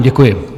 Děkuji.